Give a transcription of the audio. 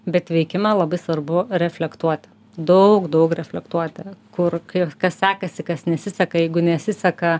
bet veikimą labai svarbu reflektuot daug daug reflektuoti kur kai kas sekasi kas nesiseka jeigu nesiseka